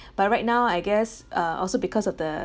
but right now I guess uh also because of the